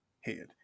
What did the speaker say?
head